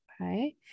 Okay